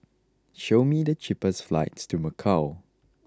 show me the cheapest flights to Macau